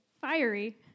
fiery